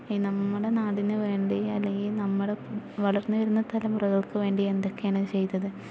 ഈ നമ്മുടെ നാടിന് വേണ്ടി അല്ലെങ്കിൽ നമ്മുടെ വളർന്ന് വരുന്ന തലമുറകൾക്ക് വേണ്ടി എന്തൊക്കെയാണ് ചെയ്തത്